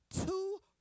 two